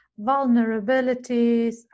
vulnerabilities